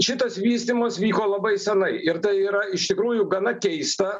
šitas vystymas vyko labai senai ir tai yra iš tikrųjų gana keista